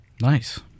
Nice